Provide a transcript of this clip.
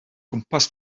gwmpas